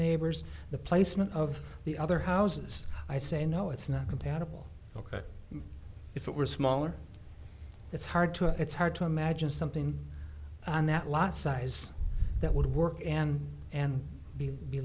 neighbors the placement of the other houses i say no it's not compatible ok if it were smaller it's hard to it's hard to imagine something on that lot size that would work an and b be